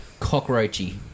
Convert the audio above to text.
cockroachy